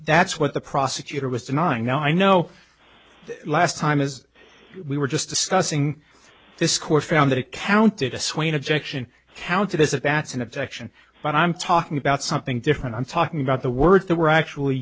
that's what the prosecutor was denying though i know last time as we were just discussing this court found that it counted a swing objection counted as if that's an objection but i'm talking about something different i'm talking about the words that were actually